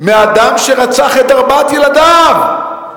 מאדם שרצח את ארבעת ילדיו.